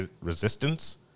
Resistance